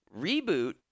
reboot